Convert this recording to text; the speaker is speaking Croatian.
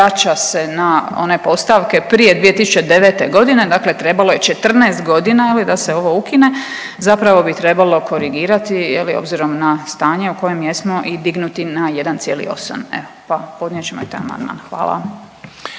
na one postavke prije 2009.g., dakle trebalo je 14.g. je li da se ovo ukine, zapravo bi trebalo korigirati je li obzirom na stanje u kojem jesmo i dignuti na 1,8 evo pa podnijet ćemo i taj